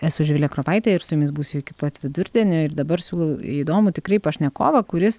esu živilė kropaitė ir su jumis būsiu iki pat vidurdienio ir dabar siūlau įdomų tikrai pašnekovą kuris